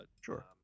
sure